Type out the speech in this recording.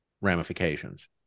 ramifications